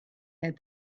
had